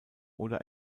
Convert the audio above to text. oder